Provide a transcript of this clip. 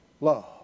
love